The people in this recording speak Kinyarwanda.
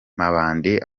mabandi